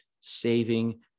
saving